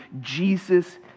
Jesus